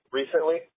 recently